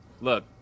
Look